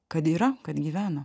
kad yra kad gyvena